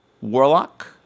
Warlock